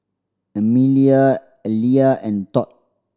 Amelia Aleah and Todd